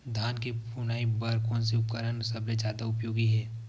धान के फुनाई बर कोन से उपकरण सबले जादा उपयोगी हे?